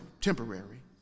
temporary